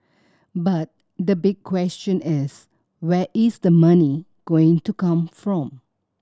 but the big question is where is the money going to come from